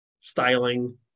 styling